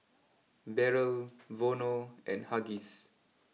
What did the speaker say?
Barrel Vono and Huggies